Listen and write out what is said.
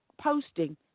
posting